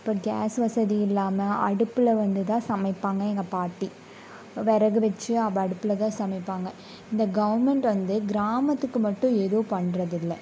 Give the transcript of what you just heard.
இப்போ கேஸ் வசதி இல்லாமல் அடுப்பில் வந்துதான் சமைப்பாங்க எங்கள் பாட்டி விறகு வச்சு அந்த அடுப்பில்தான் சமைப்பாங்க இந்த கவுர்மெண்ட் வந்து கிராமத்துக்கு மட்டும் ஏதும் பண்றதில்லை